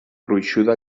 gruixuda